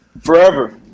Forever